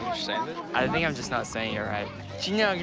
it? i think i'm just not saying it right.